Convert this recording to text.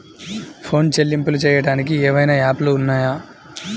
Phone చెల్లింపులు చెయ్యటానికి ఏవైనా యాప్లు ఉన్నాయా?